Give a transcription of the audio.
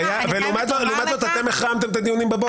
לעומת זאת, אתם החרמתם את הדיונים בבוקר.